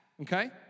okay